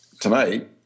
tonight